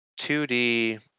2D